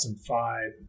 2005